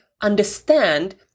understand